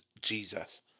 Jesus